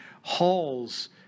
halls